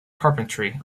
carpentry